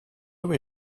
were